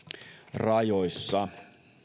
rajoissa